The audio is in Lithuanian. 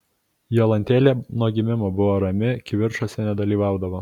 jolantėlė nuo gimimo buvo rami kivirčuose nedalyvaudavo